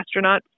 astronauts